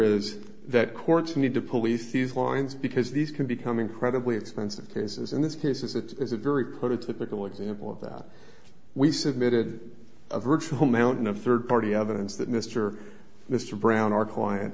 is that courts need to police these lines because these can become incredibly expensive cases in this case as it is a very quite a typical example of that we submitted a virtual mountain of third party evidence that mr mr brown our client